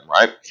Right